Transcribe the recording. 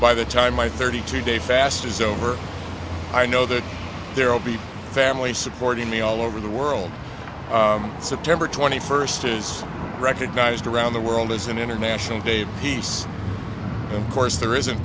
by the time my thirty two day fast is over i know that there will be family supporting me all over the world september twenty first is recognized around the world is an international day of peace and course there isn't